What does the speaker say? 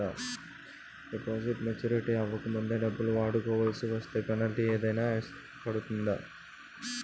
Deposit maturity అవ్వక ముందే డబ్బులు వాడుకొవాల్సి వస్తే పెనాల్టీ ఏదైనా పడుతుందా?